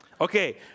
Okay